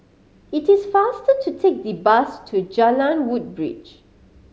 it is faster to take the bus to Jalan Woodbridge